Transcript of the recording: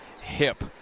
hip